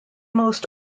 most